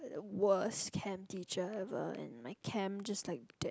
worst chem teacher ever and my chem just like dipped